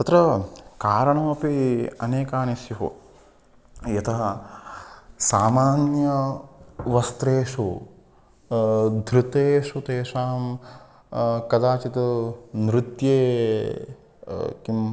तत्र कारणमपि अनेकानि स्युः यतः सामान्यवस्त्रेषु धृतेषु तेषां कदाचित् नृत्ये किम्